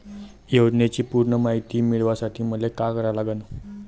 योजनेची पूर्ण मायती मिळवासाठी मले का करावं लागन?